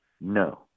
No